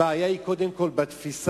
הבעיה היא קודם כול בתפיסה,